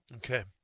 Okay